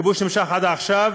הכיבוש נמשך עד עכשיו,